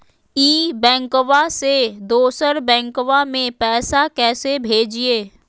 ई बैंकबा से दोसर बैंकबा में पैसा कैसे भेजिए?